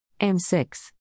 M6